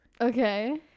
Okay